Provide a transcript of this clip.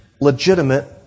legitimate